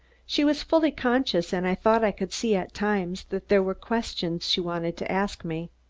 she was fully conscious and i thought i could see at times that there were questions she wanted to ask me.